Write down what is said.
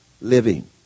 living